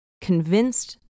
convinced